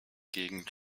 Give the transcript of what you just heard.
gegend